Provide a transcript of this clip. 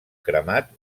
cremat